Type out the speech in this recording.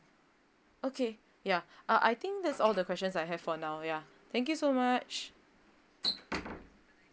okay ya uh I think that's all the questions I have for now yeah thank you so much